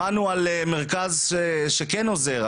שמענו על מרכז שכן עוזר,